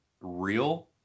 real